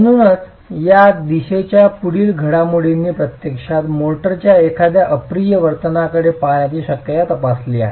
म्हणूनच या दिशेच्या पुढील घडामोडींनी प्रत्यक्षात मोर्टारच्या एखाद्या अप्रिय वर्तनाकडे पाहण्याची शक्यता तपासली आहे